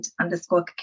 underscore